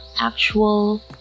actual